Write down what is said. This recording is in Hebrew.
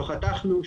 לא חתכנו,